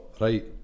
Right